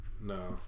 No